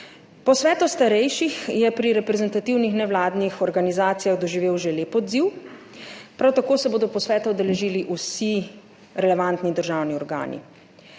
Posvet o starejših je pri reprezentativnih nevladnih organizacijah doživel že lep odziv, prav tako se bodo posveta udeležili vsi relevantni državni organi.